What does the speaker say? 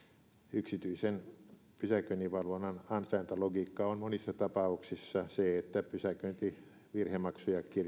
yksityisen pysäköinninvalvonnan ansaintalogiikka on monissa tapauksissa se että pysäköintivirhemaksuja